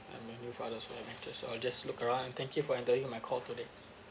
I'm a new father so I'm anxious so I'll just look around and thank you for entering my call today